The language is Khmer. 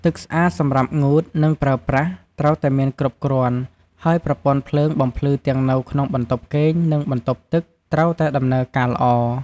ទឹកស្អាតសម្រាប់ងូត និងប្រើប្រាស់ ត្រូវតែមានគ្រប់គ្រាន់ ហើយប្រព័ន្ធភ្លើងបំភ្លឺទាំងនៅក្នុងបន្ទប់គេង និងបន្ទប់ទឹក ត្រូវតែដំណើរការល្អ។